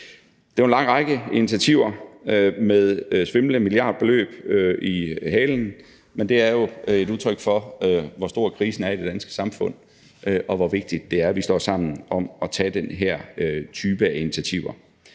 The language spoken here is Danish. Det er jo en lang række af initiativer med svimlende milliardbeløb i halen, men det er jo et udtryk for, hvor stor krisen er i det danske samfund, og hvor vigtigt det er, at vi står sammen om at tage den her type af initiativer.